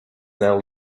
now